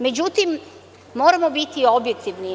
Međutim, moramo biti objektivni.